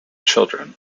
children